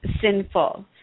sinful